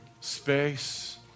space